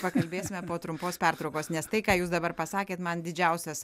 pakalbėsime po trumpos pertraukos nes tai ką jūs dabar pasakėt man didžiausias